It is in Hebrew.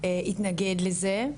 התנגד לזה,